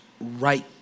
right